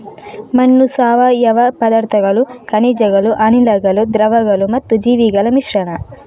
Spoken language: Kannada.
ಮಣ್ಣು ಸಾವಯವ ಪದಾರ್ಥಗಳು, ಖನಿಜಗಳು, ಅನಿಲಗಳು, ದ್ರವಗಳು ಮತ್ತು ಜೀವಿಗಳ ಮಿಶ್ರಣ